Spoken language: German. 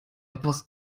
etwas